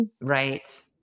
Right